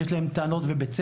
יש להם על זה טענות ובצדק,